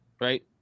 right